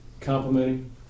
Complimenting